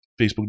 Facebook